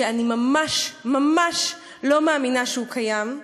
שאני ממש ממש לא מאמינה שהוא קיים,